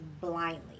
blindly